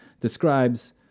describes